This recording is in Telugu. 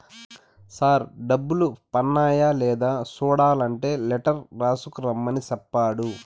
సార్ డబ్బులు పన్నాయ లేదా సూడలంటే లెటర్ రాసుకు రమ్మని సెప్పాడు